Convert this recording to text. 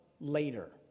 Later